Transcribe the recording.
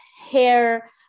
hair